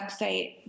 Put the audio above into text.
website